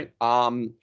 right